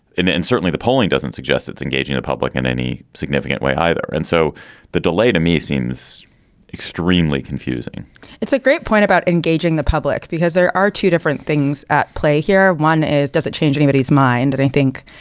and certainly the polling doesn't suggest it's engaging the public in any significant way either. and so the delay to me seems extremely confusing it's a great point about engaging the public because there are two different things at play here. one is, does it change anybody's mind? and i think,